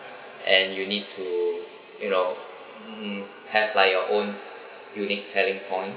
and you need to you know have like your own unique selling point